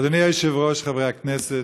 אדוני היושב-ראש, חברי הכנסת,